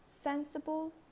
sensible